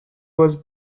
was